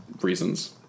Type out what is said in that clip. reasons